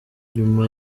nyuma